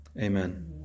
Amen